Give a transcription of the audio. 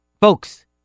Folks